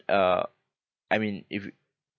uh I mean if